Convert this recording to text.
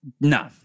No